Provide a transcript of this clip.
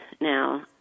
Now